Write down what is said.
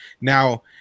Now